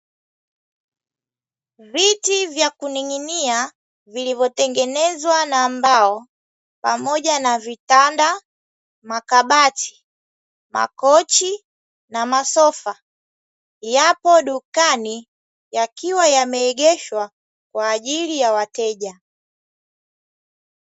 Viti vyakuning'inia vilivyotengenezwa na mbao pamoja na vitanda, makabati, makochi na masofa yapo dukani yakiwa yameegeshwa kwaajili ya wateja